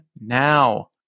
now